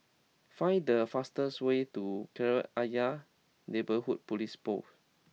find the fastest way to Kreta Ayer Neighbourhood Police Post